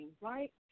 right